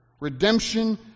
redemption